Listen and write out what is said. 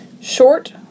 Short